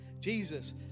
Jesus